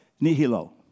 nihilo